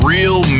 Real